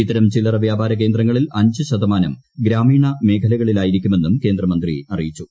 ഇത്തരം ചില്ലറ വ്യാപാര കേന്ദ്രങ്ങളിൽ അഞ്ചുശതമാനം ഗ്രാമീണ മേഖലകളിലായിരിക്കുമെന്നും കേന്ദ്രമന്ത്രി അറിയിച്ചു